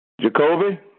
Jacoby